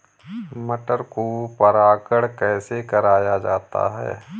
मटर को परागण कैसे कराया जाता है?